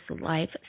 life